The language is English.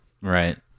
Right